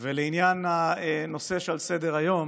לעניין הנושא שעל סדר-היום,